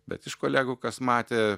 bet iš kolegų kas matė